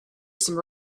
some